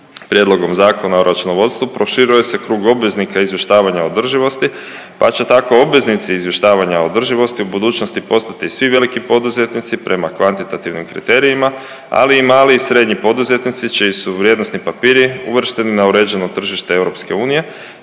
prijedlogom Zakona o računovodstvu proširuje se krug obveznika izvještavanja održivosti pa će tako obveznici izvještavanja održivosti u budućnosti postati svi veliki poduzetnici prema kvantitativnim kriterijima, ali i mali i srednji poduzetnici čiji su vrijednosni papiri uvršteni na uređeno tržište EU